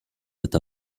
that